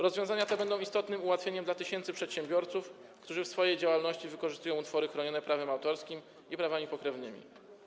Rozwiązania te będą istotnym ułatwieniem dla tysięcy przedsiębiorców, którzy w swojej działalności wykorzystują utwory chronione prawem autorskim i prawami pokrewnymi.